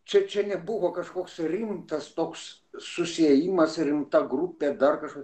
čia čia nebuvo kažkoks rimtas toks susiėjimas rimta grupė dar kažkas